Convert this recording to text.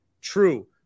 true